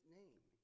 name